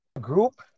group